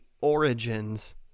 Origins